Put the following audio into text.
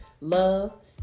love